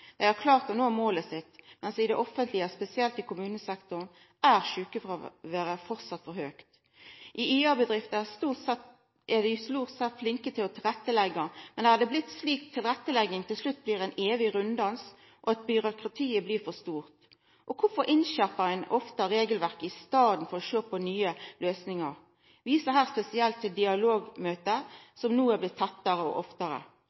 Dei har klart å nå målet sitt, mens sjukefråværet i det offentlege – spesielt i kommunesektoren – framleis er for høgt. I IA-bedrifter er dei stort sett flinke til å leggja til rette, men har det blitt slik at tilrettelegging til slutt blir ein evig runddans, og at byråkratiet blir for stort? Og kvifor skjerpar ein ofte inn regelverket i staden for å sjå på nye løysingar? Eg viser her spesielt til dialogmøte, som no har blitt tettare og finn stad oftare.